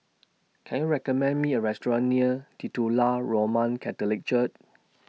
Can YOU recommend Me A Restaurant near Titular Roman Catholic Church